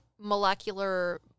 molecular